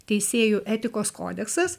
teisėjų etikos kodeksas